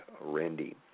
Randy